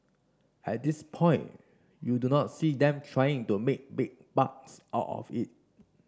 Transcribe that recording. at this point you do not see them trying to make big bucks out of it